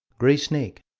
gray snake,